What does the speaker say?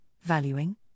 valuing